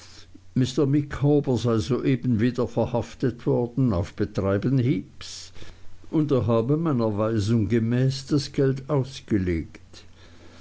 soeben wieder verhaftet worden auf betreiben heeps und er habe meiner weisung gemäß das geld ausgelegt